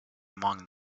among